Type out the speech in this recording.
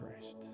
Christ